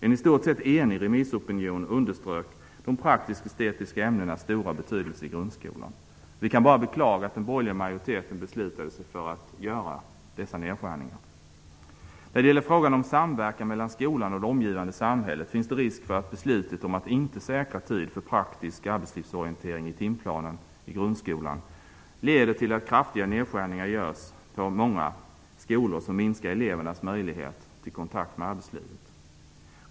En i stort sett enig remissopinion underströk de praktisk-estetiska ämnenas stora betydelse i grundskolan. Vi kan bara beklaga att den borgerliga majoriteten beslutade sig för att göra dessa nedskärningar. När det gäller frågan om samverkan mellan skolan och det omgivande samhället finns det risk för att beslutet om att inte säkra tid för praktisk arbetslivsorientering i timplanen i grundskolan leder till att kraftiga nedskärningar som minskar elevernas möjlighet till kontakt med arbetslivet görs på många skolor.